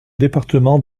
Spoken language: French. département